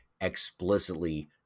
explicitly